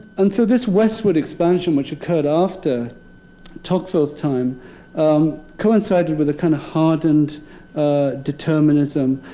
and so this westward expansion which occurred after tocqueville's time um coincided with a kind of hardened determinism.